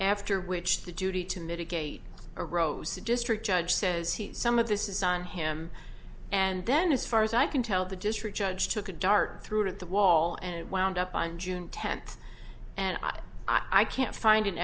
after which the duty to mitigate or rose to district judge says he some of this is on him and then as far as i can tell the district judge took a dart threw it at the wall and it wound up on june tenth and i can't find an